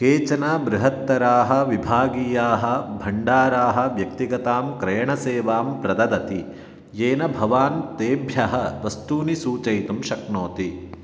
केचन बृहत्तराः विभागीयाः भण्डाराः व्यक्तिगतां क्रयणसेवां प्रददति येन भवान् तेभ्यः वस्तूनि सूचयितुं शक्नोति